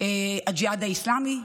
הג'יהאד האסלאמי,